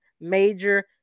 major